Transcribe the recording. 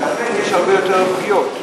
ולכן יש הרבה יותר פגיעות,